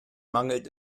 mangelt